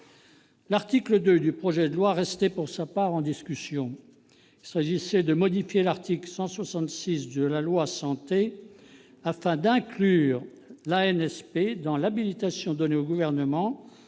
L'article 2 du projet de loi restait pour sa part en discussion. Il s'agissait de modifier l'article 166 de la loi santé afin d'inclure l'ANSP dans le champ de l'habilitation donnée au Gouvernement